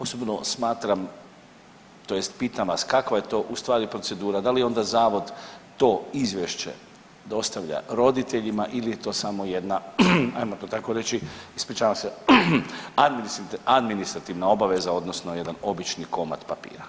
Osobno smatram tj. pitam vas kakva je to u stvari procedura, da li onda zavod to izvješće dostavlja roditeljima ili je to samo jedna ajmo to tako reći, ispričavam se, administrativna obaveza odnosno jedan obični komad papira.